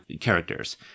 characters